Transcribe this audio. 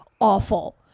awful